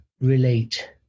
relate